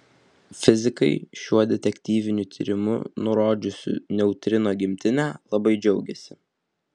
fizikai šiuo detektyviniu tyrimu nurodžiusiu neutrino gimtinę labai džiaugiasi